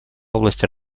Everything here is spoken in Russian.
области